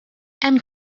hemm